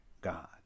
God